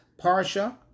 parsha